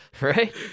Right